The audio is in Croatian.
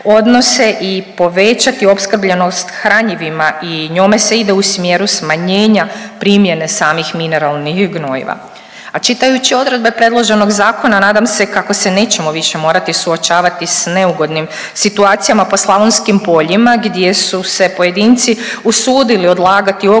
i povećati opskrbljenost hranjivima i njome se ide u smjeru smanjenja primjene samih mineralnih gnojiva. A čitaju odredbe predloženog zakona nadam se kako se nećemo više morati suočavati s neugodnim situacijama po slavonskim poljima gdje su se pojedinci usudili odlagati ogromne